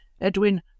Edwin